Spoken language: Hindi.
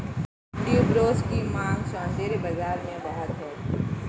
ट्यूबरोज की मांग सौंदर्य बाज़ार में बहुत है